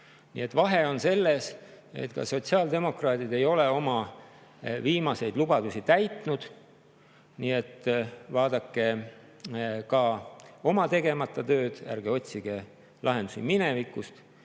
vahe on selles, et ka sotsiaaldemokraadid ei ole oma viimaseid lubadusi täitnud. Nii et vaadake ka oma tegemata tööd. Ärge otsige lahendusi minevikust,